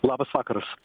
labas vakaras